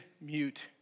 mute